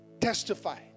testify